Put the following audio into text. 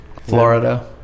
Florida